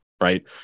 Right